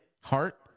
heart